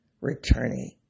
returning